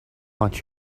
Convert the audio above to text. haunt